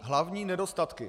Hlavní nedostatky.